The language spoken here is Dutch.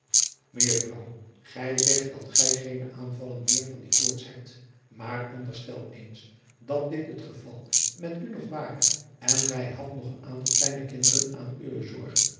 ejuffrouw gij zegt dat gij geene aanvallen meer van die koorts hebt maar onderstel eens dat dit het geval met u nog ware en gij hadt nog een aantal kleine kinderen aan uwe zorge